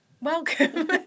welcome